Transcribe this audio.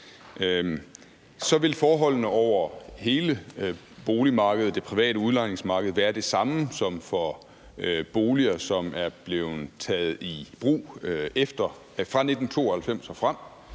Så ville forholdene over hele boligmarkedet, det private udlejningsmarked, være det samme som for boliger, som er blevet taget i brug fra 1992 og frem,